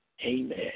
Amen